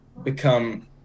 become